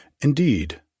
indeed